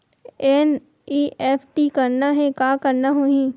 NEFT करना हे का करना होही?